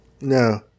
no